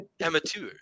Amateur